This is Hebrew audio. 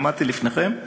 נעמדתי לפניכם.